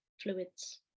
fluids